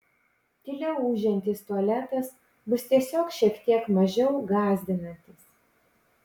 tyliau ūžiantis tualetas bus tiesiog šiek tiek mažiau gąsdinantis